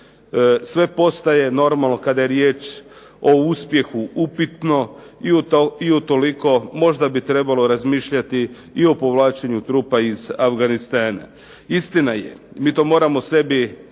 Sve postaje normalno kada je riječ o uspjehu upitno i utoliko možda bi trebalo razmišljati i o povlačenju trupa iz Afganistana. Istina je, mi to moramo sebi